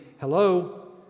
Hello